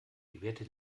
gewährte